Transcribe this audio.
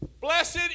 Blessed